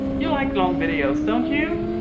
you like long videos, don't you?